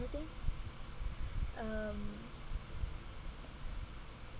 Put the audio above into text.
thing um